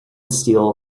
steel